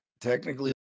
Technically